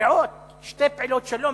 מפריעות שתי פעילות שלום?